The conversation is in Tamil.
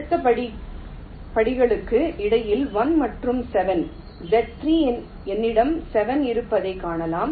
அடுத்த படிகளுக்கு இடையில் 1 மற்றும் 7 Z 3 என்னிடம் 7 இருப்பதைக் காணலாம்